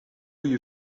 you